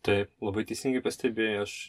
taip labai teisingai pastebėjai aš